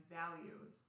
values